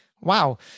Wow